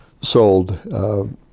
sold